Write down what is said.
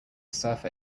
surfer